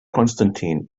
constantine